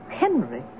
Henry